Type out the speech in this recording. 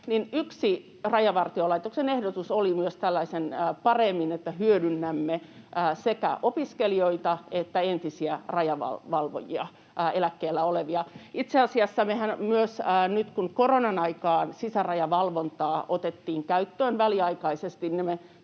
yksi Rajavartiolaitoksen ehdotus oli myös, että paremmin hyödynnämme sekä opiskelijoita että entisiä rajavalvojia, eläkkeellä olevia. Itse asiassa mehän myös nyt, kun koronan aikaan sisärajavalvontaa otettiin käyttöön väliaikaisesti,